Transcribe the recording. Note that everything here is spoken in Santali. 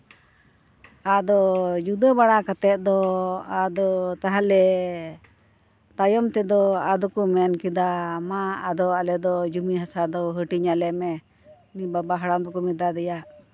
ᱟᱫᱚ ᱡᱩᱫᱟᱹ ᱵᱟᱲᱟ ᱠᱟᱛᱮ ᱫᱚ ᱟᱫᱚ ᱛᱟᱦᱞᱮ ᱛᱟᱭᱚᱢ ᱛᱮᱫᱚ ᱟᱫᱚ ᱠᱚ ᱢᱮᱱ ᱠᱮᱫᱟ ᱢᱟ ᱟᱫᱚ ᱟᱞᱮ ᱫᱚ ᱡᱚᱢᱤ ᱦᱟᱥᱟ ᱫᱚ ᱦᱟᱹᱴᱤᱧᱟᱞᱮᱢᱮ ᱵᱟᱵᱟ ᱦᱟᱲᱟᱢ ᱫᱚᱠᱚ ᱢᱮᱛᱟᱫᱮᱭᱟ